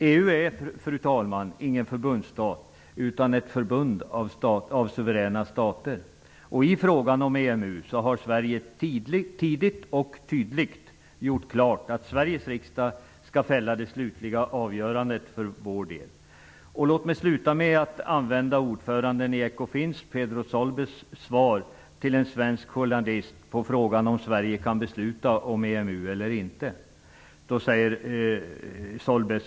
EU är, fru talman, ingen förbundsstat utan ett förbund av suveräna stater. I frågan om EMU har Sverige tidigt och tydligt gjort klart att Sveriges riksdag skall fälla det slutliga avgörandet för vår del. Låt mig sluta med att anföra det svar som ordföranden i Ekofin, Pedro Solbes, gav en svensk journalist på frågan om Sverige kan besluta om medlemskapet i EMU eller inte.